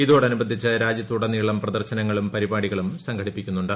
ഇതോടനുബന്ധിച്ച് രാജ്യത്തുടനീളം പ്രദർശനങ്ങളും പരിപാടികളും സംഘടിപ്പിക്കുന്നുണ്ട്